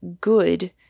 good